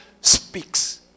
Speaks